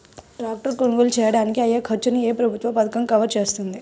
Tractor కొనుగోలు చేయడానికి అయ్యే ఖర్చును ఏ ప్రభుత్వ పథకం కవర్ చేస్తుంది?